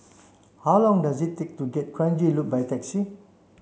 how long does it take to get Kranji Loop by taxi